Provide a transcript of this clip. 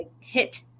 hit